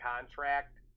contract